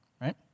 right